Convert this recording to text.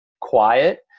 quiet